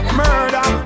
murder